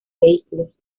vehículos